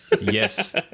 Yes